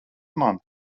mani